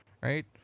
right